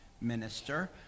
minister